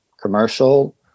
commercial